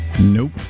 nope